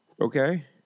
Okay